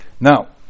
Now